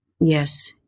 Yes